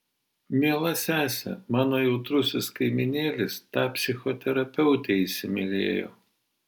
miela sese mano jautrusis kaimynėlis tą psichoterapeutę įsimylėjo